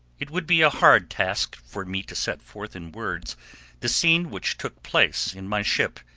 it would be a hard task for me to set forth in words the scene which took place in my ship,